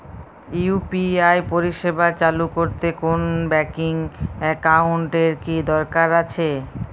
UPI পরিষেবা চালু করতে কোন ব্যকিং একাউন্ট এর কি দরকার আছে?